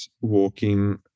walking